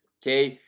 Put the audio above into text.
okay?